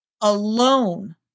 alone